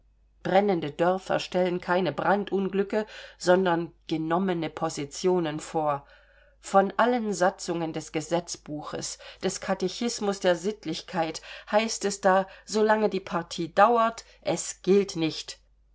brennende dörfer stellen keine brandunglücke sondern genommene positionen vor von allen satzungen des gesetzbuches des katechismus der sittlichkeit heißt es da solange die partie dauert es gilt nicht